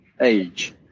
age